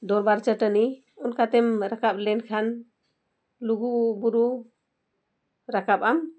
ᱫᱚᱨᱵᱟᱨ ᱪᱟᱹᱴᱟᱹᱱᱤ ᱚᱱᱠᱟᱛᱮᱢ ᱨᱟᱠᱟᱵ ᱞᱮᱱᱠᱷᱟᱱ ᱞᱩᱜᱩ ᱵᱩᱨᱩ ᱨᱟᱠᱟᱵ ᱟᱢ